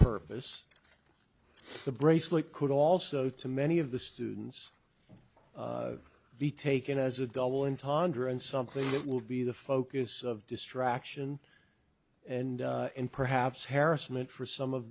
purpose the bracelet could also to many of the students be taken as a double entendre and something that will be the focus of distraction and perhaps harris meant for some of